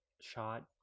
shot